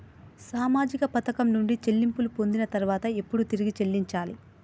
సామాజిక పథకం నుండి చెల్లింపులు పొందిన తర్వాత ఎప్పుడు తిరిగి చెల్లించాలి?